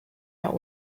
out